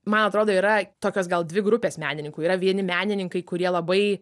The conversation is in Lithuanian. man atrodo yra tokios gal dvi grupės menininkų yra vieni menininkai kurie labai